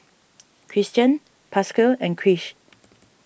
Kristian Pasquale and Krish